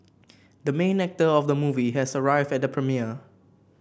the main actor of the movie has arrived at the premiere